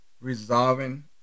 resolving